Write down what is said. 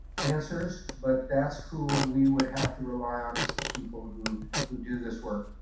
answers, but that's who we would have to rely on is the people who who do this work.